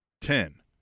Ten